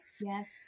yes